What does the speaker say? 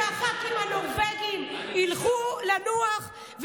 שחברי הכנסת הנורבגים ילכו לנוח,